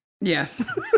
Yes